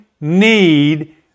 need